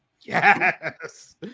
Yes